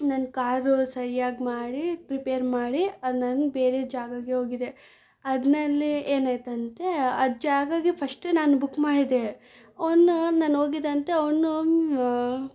ನನ್ನ ಕಾರು ಸರಿಯಾಗಿ ಮಾಡಿ ರಿಪೇರ್ ಮಾಡಿ ಅದು ನಾನ್ ಬೇರೆ ಜಾಗಗೆ ಹೋಗಿದ್ದೆ ಅದ್ನಲ್ಲಿ ಏನಾಯ್ತಂತೆ ಅದು ಜಾಗಗೆ ಫಸ್ಟೇ ನಾನು ಬುಕ್ ಮಾಡಿದ್ದೆ ಅವನು ನಾನು ಹೋಗಿದೆಂತ ಅವನು